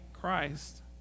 Christ